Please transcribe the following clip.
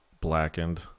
blackened